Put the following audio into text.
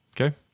Okay